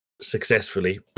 successfully